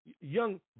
young